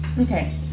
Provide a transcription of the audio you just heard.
Okay